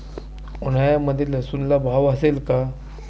उन्हाळ्यामध्ये लसूणला भाव असेल का?